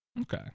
Okay